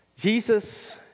Jesus